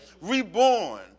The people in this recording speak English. reborn